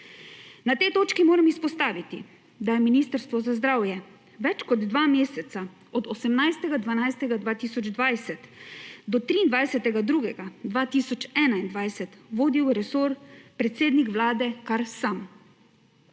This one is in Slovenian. Na tej točki moram izpostaviti, da je Ministrstvo za zdravje več kot dva meseca od 18. 12. 2020 do 23. 2. 2021 vodil resor predsednik Vlade kar sam.